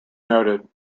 noted